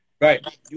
Right